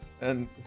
And-